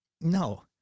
No